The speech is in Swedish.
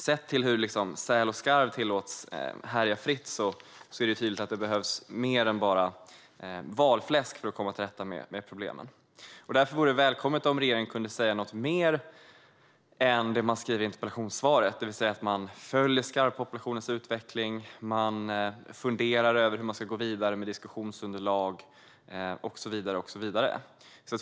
Sett till hur säl och skarv tillåts härja fritt är det dock tydligt att det behövs mer än bara valfläsk för att komma till rätta med problemen. Därför vore det välkommet om regeringen kunde säga något mer än det man sa i interpellationssvaret, det vill säga att man följer skarvpopulationens utveckling och att man funderar över hur man ska gå vidare med diskussionsunderlag och så vidare.